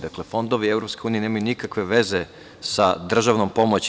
Dakle, fondovi EU nemaju nikakve veze sa državnom pomoći.